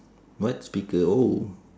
what speaker oh